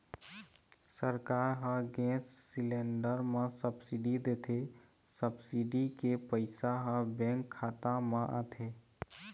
सरकार ह gas cylinder म सब्सिडी देथे, सब्सिडी के पइसा ह बेंक खाता म आथे